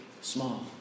small